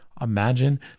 Imagine